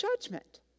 judgment